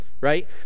right